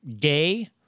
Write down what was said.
gay